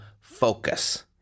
focus